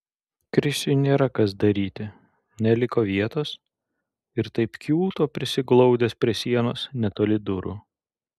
krisiui nėra kas daryti neliko vietos ir taip kiūto prisiglaudęs prie sienos netoli durų